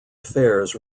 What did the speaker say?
affairs